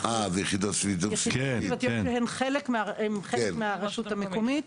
שהם חלק מהרשות המקומית.